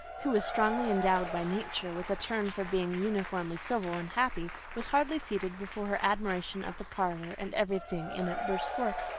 who was strongly endowed by nature with a turn for being uniformly civil and happy, was hardly seated before her admiration of the parlour and every thing in it burst forth.